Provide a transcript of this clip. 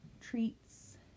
treats